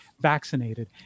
vaccinated